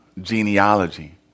genealogy